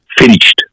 finished